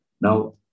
Now